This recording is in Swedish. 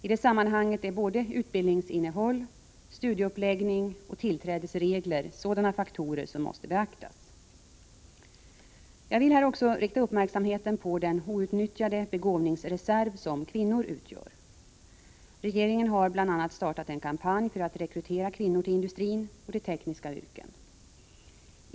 I det sammanhanget är både utbildningsinnehåll, studieuppläggning och tillträdesregler sådana faktorer som måste beaktas. Jag vill här också rikta uppmärksamheten på den outnyttjade begåvningsreserv som kvinnor utgör. Regeringen har bl.a. startat en kampanj för att rekrytera kvinnor till industrin och till tekniska yrken.